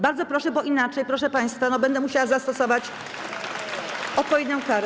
Bardzo proszę, bo inaczej, proszę państwa, będę musiała zastosować odpowiednią karę.